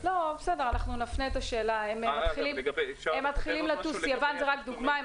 בסדר, אנחנו נפנה את השאלה, יוון זה רק דוגמה.